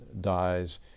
dies